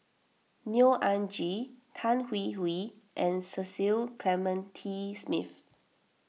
Neo Anngee Tan Hwee Hwee and Cecil Clementi Smith